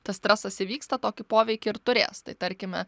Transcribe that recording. tas stresas įvyksta tokį poveikį ir turės tai tarkime